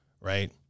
right